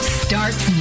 starts